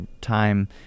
time